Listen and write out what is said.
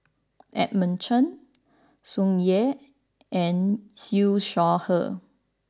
Edmund Cheng Tsung Yeh and Siew Shaw Her